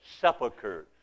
sepulchers